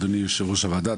אדוני יושב-ראש הוועדה,